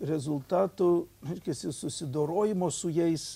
rezultatų reiškiasi susidorojimo su jais